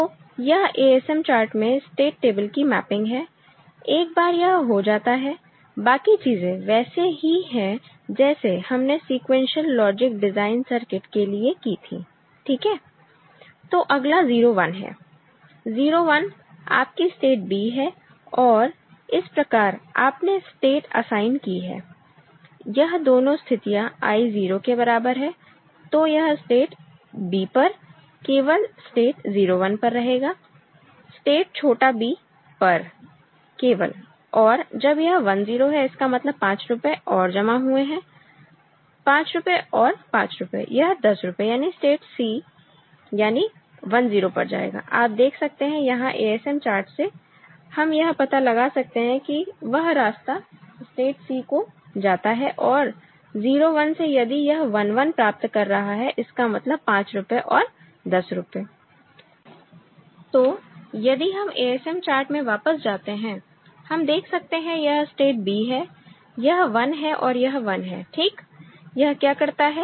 तो यह ASM chart से स्टेट टेबल की मैपिंग है एक बार यह हो जाता है बाकी चीजें वैसे ही है जैसे हमने सीक्वेंशियल लॉजिक डिजाइन सर्किट के लिए की थी ठीक है तो अगला 0 1 है 0 1 आपकी स्टेट b है इस प्रकार आपने स्टेट असाइन की है यह दोनों स्थितियां I 0 के बराबर है तो यह स्टेट b पर केवल स्टेट 0 1 पर रहेगा स्टेट छोटा b पर केवल और जब यह 1 0 है उसका मतलब 5 रुपए और जमा हुए हैं 5 रुपए और 5 रुपए यह 10 रुपए स्टेट यानी c यानी 1 0 पर जाएगा आप देख सकते हैं यहां ASM चार्ट से हम यह पता लगा सकते हैं कि वह रास्ता स्टेट c को जाता है और 0 1 से यदि यह 1 1 प्राप्त कर रहा है इसका मतलब 5 रुपए और 10 रुपए तो यदि हम ASM चार्ट में वापस जाते हैं हम देख सकते हैं यह स्टेट b है यह 1 है और यह 1 है ठीक यह क्या करता है